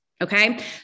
okay